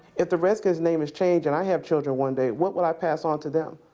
if the redskins name is changed and i have children one day, what would i pass on to them?